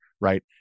right